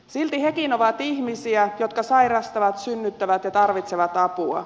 silti hekin ovat ihmisiä jotka sairastavat synnyttävät ja tarvitsevat apua